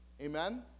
Amen